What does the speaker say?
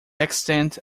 extent